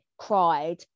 cried